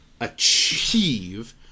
achieve